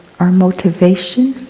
our motivation.